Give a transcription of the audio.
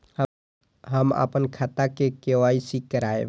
हम अपन खाता के के.वाई.सी के करायब?